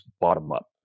bottom-up